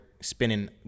spinning